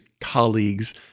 colleagues